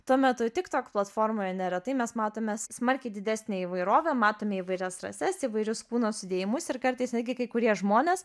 tuo metu tiktok platformoje neretai mes matome smarkiai didesnę įvairovę matome įvairias rases įvairius kūno sudėjimus ir kartais netgi kai kurie žmonės